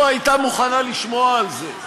לא הייתה מוכנה לשמוע על זה,